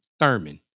Thurman